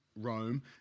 Rome